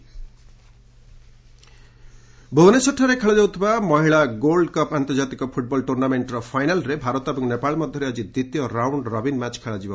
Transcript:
women's football ଭୁବନେଶ୍ୱରଠାରେ ଖେଳାଯାଉଥିବା ମହିଳା ଗୋଲ୍ଡ କପ୍ ଆନ୍ତର୍ଜାତିକ ଫୁଟ୍ବଲ୍ ଟୁର୍ଣ୍ଣାମେଣ୍ଟ୍ର ଫାଇନାଲ୍ରେ ଭାରତ ଏବଂ ନେପାଳ ମଧ୍ୟରେ ଆକି ଦ୍ୱିତୀୟ ରାଉଣ୍ଡ୍ ରବିନ୍ ମ୍ୟାଚ୍ ଖେଳାଯିବ